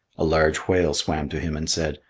a large whale swam to him and said,